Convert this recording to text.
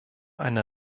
eine